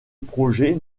projet